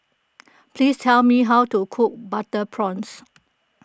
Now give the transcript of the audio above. please tell me how to cook Butter Prawns